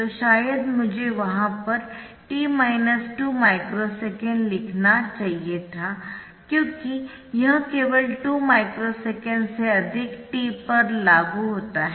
तो शायद मुझे वहां पर t 2 माइक्रो सेकेंड लिखना चाहिए था क्योंकि यह केवल 2 माइक्रो सेकेंड से अधिक t पर लागू होता है